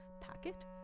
packet